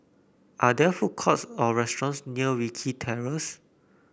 are there food courts or restaurants near Wilkie Terrace